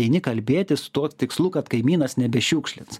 eini kalbėtis tuo tikslu kad kaimynas nebešiukšlins